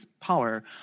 power